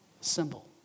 symbol